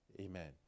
Amen